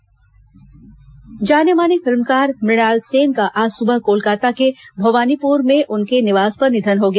मुणाल सेन निधन जाने माने फिल्मकार मृणाल सेन का आज सुबह कोलकाता के भोवानीपोर में उनके निवास पर निधन हो गया